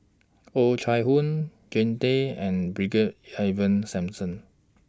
Oh Chai Hoo Jean Tay and Brigadier Ivan Simson